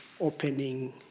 opening